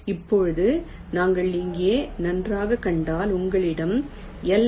இப்போது நாங்கள் இங்கே நன்றாகக் கண்டால் உங்களிடம் LS